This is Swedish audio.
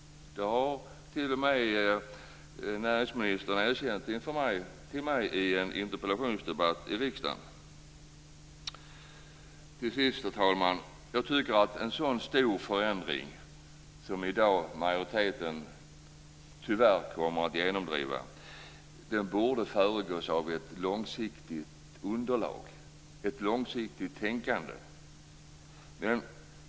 Det har näringsministern erkänt för mig i en interpellationsdebatt i riksdagen. Till sist. En så stor förändring som majoriteten tyvärr kommer att genomdriva i dag borde föregås av ett långsiktigt tänkande.